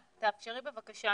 בבקשה,